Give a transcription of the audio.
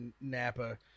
napa